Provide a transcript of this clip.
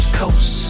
coast